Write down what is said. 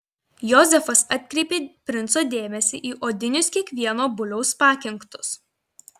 jozefas atkreipė princo dėmesį į odinius kiekvieno buliaus pakinktus